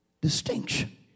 distinction